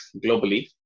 globally